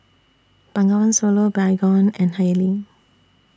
Bengawan Solo Baygon and Haylee